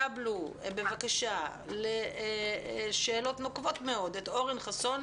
קבלו לשאלות נוקבות מאוד את אורן חסון,